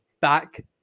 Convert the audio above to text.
back